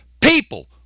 People